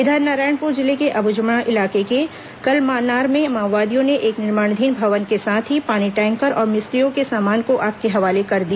इधर नारायणपुर जिले के अबूझमाड़ इलाके के कलमानार में माओवादियों ने एक निर्माणाधीन भवन के साथ ही पानी टैंकर और मिस्त्रियों के सामान को आग के हवाले कर दिया